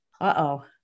uh-oh